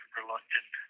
reluctant